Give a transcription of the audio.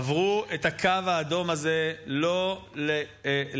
עברו את הקו האדום הזה של לא להכריע,